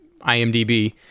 IMDb